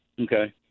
Okay